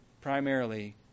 primarily